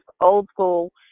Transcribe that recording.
old-school